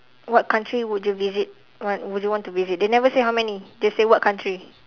what country would you visit what would you want to visit they never say how many they say what country